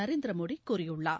நரேந்திர மோடி கூறியுள்ளார்